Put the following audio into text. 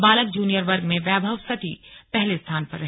बालक जूनियर वर्ग में वैभव सती पहले स्थान पर रहे